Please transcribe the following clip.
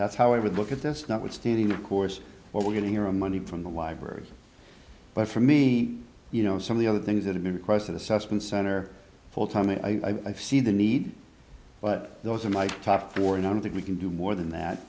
that's how i would look at this not withstanding of course what we're getting our own money from the library but for me you know some of the other things that have been a question assessment center full time and i see the need but those are my top four and i don't think we can do more than that